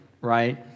right